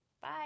Bye